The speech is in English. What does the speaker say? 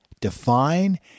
define